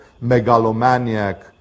megalomaniac